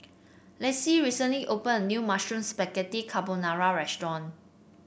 Lissie recently opened a new Mushroom Spaghetti Carbonara Restaurant